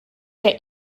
der